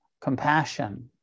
compassion